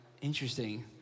Interesting